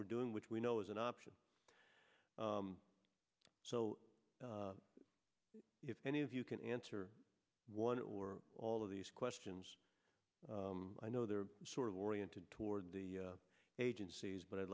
we're doing which we know is an option so if any of you can answer one or all of these questions i know they're sort of oriented toward the agencies but i